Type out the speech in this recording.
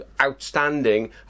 outstanding